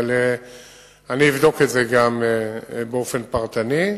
אבל אני אבדוק את זה באופן פרטני.